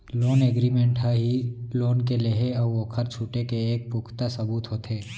loan agreement ह ही loan के लेहे अउ ओखर छुटे के एक पुखता सबूत होथे